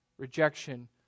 Rejection